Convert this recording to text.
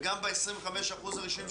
וגם ב-25% הראשונים,